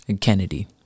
Kennedy